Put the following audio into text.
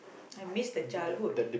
I miss the childhood